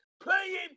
playing